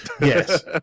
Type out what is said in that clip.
Yes